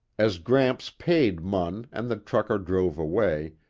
as gramps paid munn and the trucker drove away,